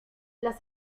las